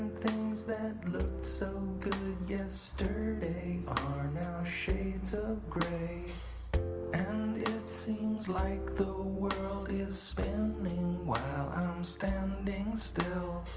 things that looked so good yesterday are now shades of gray and it seems like the world is spinning while i'm standing still